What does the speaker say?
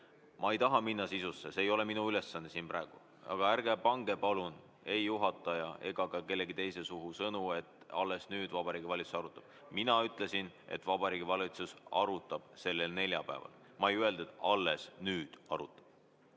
Ma ei taha minna sisusse, see ei ole minu ülesanne siin praegu, aga ärge palun pange ei juhataja ega ka kellegi teise suhu sõnu, et alles nüüd Vabariigi Valitsus arutab. Mina ütlesin, et Vabariigi Valitsus arutab sellel neljapäeval. Ma ei öeldud, et alles nüüd arutab.